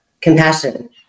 compassion